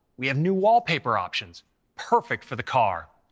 we have new wallpaper options perfect for the car.